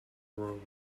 wrong